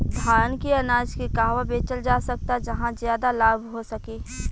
धान के अनाज के कहवा बेचल जा सकता जहाँ ज्यादा लाभ हो सके?